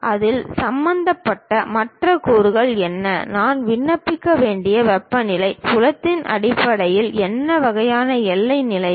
அதில் சம்பந்தப்பட்ட மற்ற கூறுகள் என்ன நான் விண்ணப்பிக்க வேண்டிய வெப்பநிலை புலத்தின் அடிப்படையில் என்ன வகையான எல்லை நிலைகள்